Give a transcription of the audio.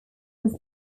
whose